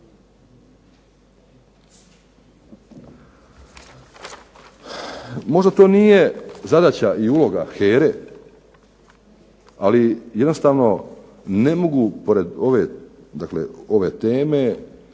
Možda to nije zadaća i uloga HERE ali jednostavno ne mogu pored ove dakle